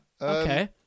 Okay